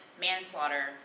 manslaughter